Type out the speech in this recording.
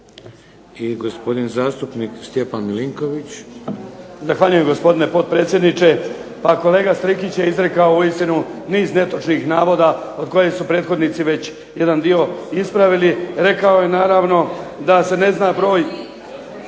**Milinković, Stjepan (HDZ)** Zahvaljujem, gospodine potpredsjedniče. Pa kolega Strikić je izrekao uistinu niz netočnih navoda od kojih su prethodnici već jedan dio ispravili. Rekao je naravno da se ne zna broj…